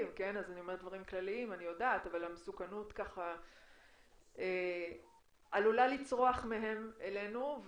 אז אני אומרת דברים כלליים עלולה לצרוח מהם אלינו.